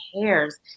cares